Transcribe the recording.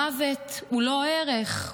מוות הוא לא ערך.